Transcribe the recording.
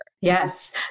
Yes